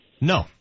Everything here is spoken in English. No